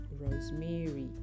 rosemary